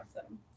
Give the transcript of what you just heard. awesome